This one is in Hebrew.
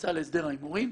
המועצה להסדר ההימורים,